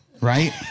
Right